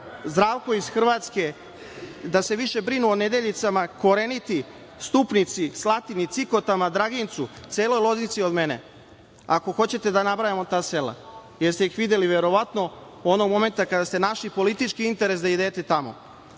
Zdravko iz Hrvatske da se više brinu o Nedeljicama, Koreniti, Stupnici, Slatini, Cikotama, Draginjcu, celoj Loznici od mene. Ako hoćete da nabrajamo sva ta sela, jer ste ih videli verovatno onog momenta kada ste našli politički interes da idete